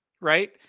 right